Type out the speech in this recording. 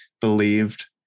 believed